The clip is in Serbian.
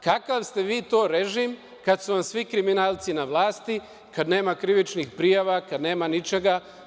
Kakav ste vi to režim kad su vam svi kriminalci na vlasti kad nema krivičnih prijava, kad nema ničega?